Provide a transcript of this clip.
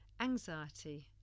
anxiety